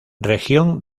región